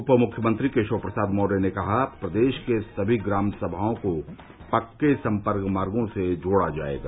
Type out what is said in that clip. उप मुख्यमंत्री केशव प्रसाद मौर्य ने कहा प्रदेश के सभी ग्राम सभाओं को पक्के सम्पर्क मार्गो से जोड़ा जायेगा